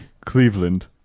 Cleveland